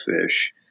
fish